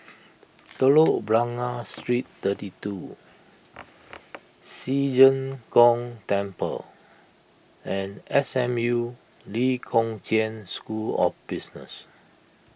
Telok Blangah Street thirty two Ci Zheng Gong Temple and S M U Lee Kong Chian School of Business